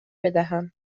بدهم